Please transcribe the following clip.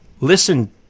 Listen